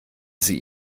sie